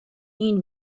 این